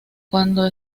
cuando